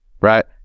Right